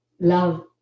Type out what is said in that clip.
love